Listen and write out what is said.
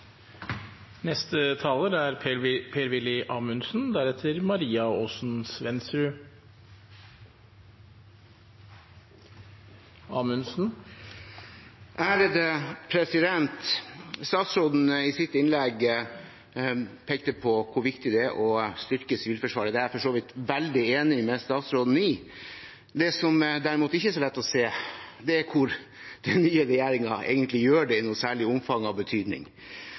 sitt innlegg på hvor viktig det er å styrke Sivilforsvaret. Det er jeg for så vidt veldig enig med statsråden i. Det som derimot ikke er så lett å se, er hvordan den nye regjeringen gjør det i noe særlig omfang av betydning.